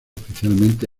oficialmente